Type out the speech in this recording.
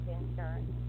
insurance